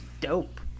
Dope